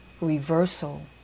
Reversal